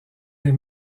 les